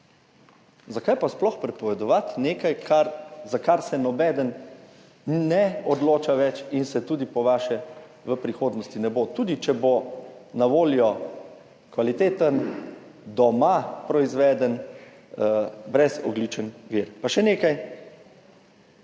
Zakaj pa sploh prepovedovati nekaj, za kar se nobeden več ne odloča in se po vaše tudi v prihodnosti ne bo, tudi če bo na voljo kvaliteten, doma proizveden brezogljičen vir? Pa še nekaj.